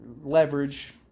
Leverage